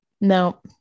No